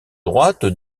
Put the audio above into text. droite